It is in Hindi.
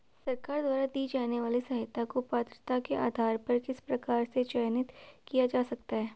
सरकार द्वारा दी जाने वाली सहायता को पात्रता के आधार पर किस प्रकार से चयनित किया जा सकता है?